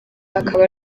akaba